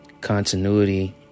continuity